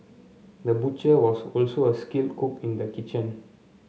the butcher was also a skilled cook in the kitchen